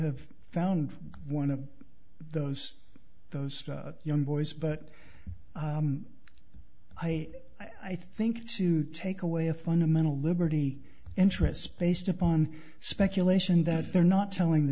have found one of those those young boys but i i think to take away a fundamental liberty interest spaced upon speculation that they're not telling the